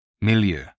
Milieu